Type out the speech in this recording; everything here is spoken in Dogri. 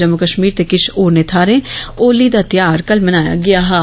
जम्मू कश्मीर ते किश होरनें थाहरें होली दा त्यौहार कल मनाया गेआ हा